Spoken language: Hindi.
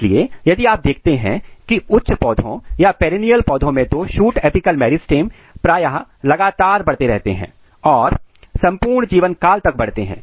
इसलिए यदि आप देखते हैं की उच्च पौधों या पेरिनियल पौधों में तो शूट अपिकल मेरिस्टम प्रायः लगातार बढ़ते रहते हैं और मि संपूर्ण जीवन काल तक बढ़ते हैं